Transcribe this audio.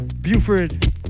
Buford